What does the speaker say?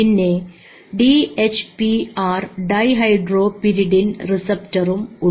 പിന്നെ D H P R dihydropyridine റിസപ്റ്ററും ഉണ്ട്